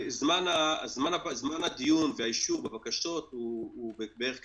זמן הדיון והאישור בבקשות הוא בערך כשבוע.